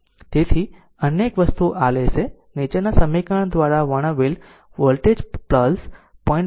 તેથી અન્ય એક આ વસ્તુ આ લેશે નીચેના સમીકરણ દ્વારા વર્ણવેલ વોલ્ટેજ પલ્સ 0